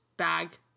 bag